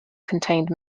contained